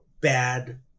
bad